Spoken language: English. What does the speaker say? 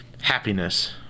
happiness